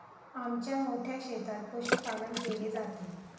आमच्या मोठ्या शेतात पशुपालन केले जाते